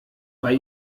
bei